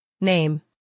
Name